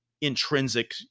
intrinsic